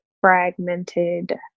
fragmented